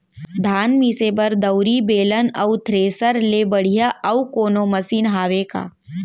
धान मिसे बर दउरी, बेलन अऊ थ्रेसर ले बढ़िया अऊ कोनो मशीन हावे का?